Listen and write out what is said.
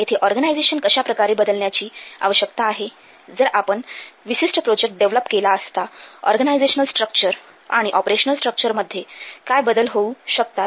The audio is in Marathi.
येथे ऑर्गनायझेशन कशाप्रकारे बदलण्याची आवश्यकता आहे जर आपण विशिष्ट प्रोजेक्ट डेव्हलप केला असता ऑर्गनायझेशनल स्ट्रक्चर आणि ऑपरेशनल स्ट्रक्चर मध्ये काय बदल होऊ शकतात